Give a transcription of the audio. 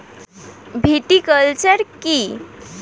Viticulture কী?